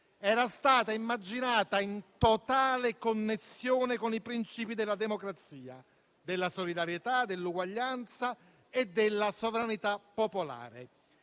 era stata immaginata in totale connessione con i principi della democrazia, della solidarietà, dell'uguaglianza e della sovranità popolare.